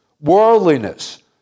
worldliness